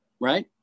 right